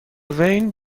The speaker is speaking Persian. وین